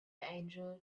angel